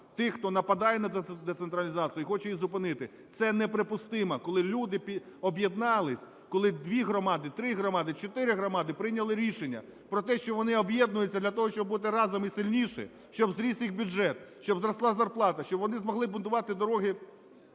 тих, хто нападає на децентралізацію, і хочу їх зупинити. Це неприпустимо, коли люди об'єднались, коли дві громади, три громади, чотири громади прийняли рішення про те, що вони об'єднуються для того, щоб бути разом і сильніше, щоб зріс їх бюджет, щоб зросла зарплата, щоб вони змогли будувати дороги,